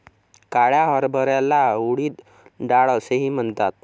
काळ्या हरभऱ्याला उडीद डाळ असेही म्हणतात